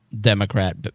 democrat